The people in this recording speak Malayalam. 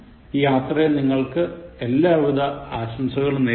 ഈ യാത്രയിൽ നിങ്ങൾക്ക് എല്ലാവിധ ആശംസകളും നേരുന്നു